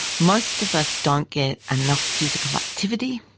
most of us don't get enough physical activity,